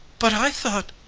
but i thought,